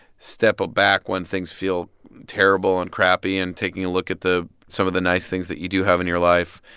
step back when things feel terrible and crappy and taking a look at some of the nice things that you do have in your life.